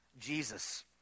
Jesus